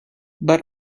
but